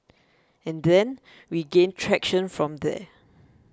and then we gained traction from there